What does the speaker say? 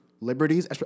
Liberties